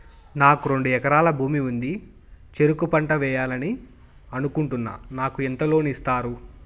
నాకు రెండు ఎకరాల భూమి ఉంది, చెరుకు పంట వేయాలని అనుకుంటున్నా, నాకు ఎంత లోను ఇస్తారు?